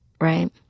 Right